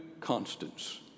constants